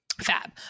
Fab